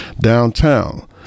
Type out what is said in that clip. downtown